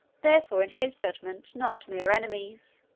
therefore, in his judgment, not mere enemies,